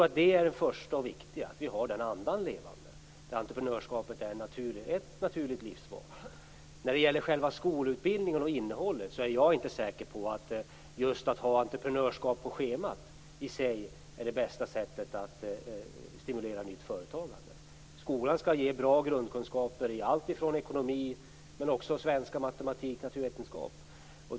Att vi håller den andan levande är nog det viktiga, att entreprenörskap är ett naturligt livsval. När det gäller innehållet i skolutbildningen är jag inte säker på att ett införande av entreprenörskap på schemat är det bästa sättet att stimulera nytt företagande. Skolan skall ge bra grundkunskaper i alltifrån ekonomi till svenska, matematik och naturvetenskap.